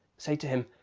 say to him,